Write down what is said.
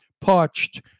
parched